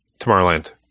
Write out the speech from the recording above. Tomorrowland